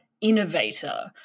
innovator